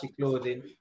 clothing